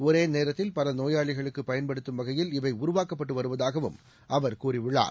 ஒரே நேரத்தில் பல நோயாளிகளுக்கு பயன்படுத்தும் வகையில் இவை உருவாக்கப்பட்டு வருவதாகவும் அவர் கூறியுள்ளார்